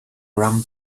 rum